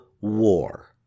war